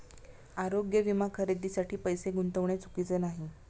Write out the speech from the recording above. आरोग्य विमा खरेदीसाठी पैसे गुंतविणे चुकीचे नाही